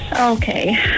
Okay